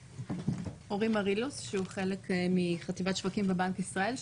אורי מרילוס שהוא חלק מחטיבת שווקים בבנק ישראל,